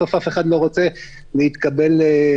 ובסוף אף אחד לא ירצה להתקבל למאגר.